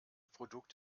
produkt